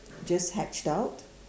just hatched out